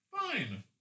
Fine